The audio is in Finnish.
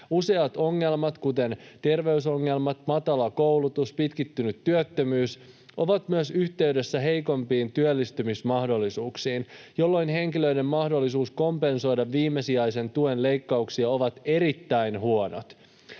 Useat ongelmat, kuten terveysongelmat, matala koulutus ja pitkittynyt työttömyys, ovat myös yhteydessä heikompiin työllistymismahdollisuuksiin, jolloin henkilöiden mahdollisuus kompensoida viimesijaisen tuen leikkauksia ovat erittäin huonot.